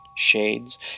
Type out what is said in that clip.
Shades